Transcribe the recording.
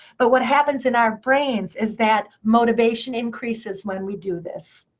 but what happens in our brains is that motivation increases when we do this.